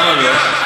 למה לא?